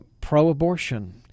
pro-abortion